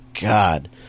God